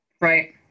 Right